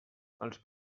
els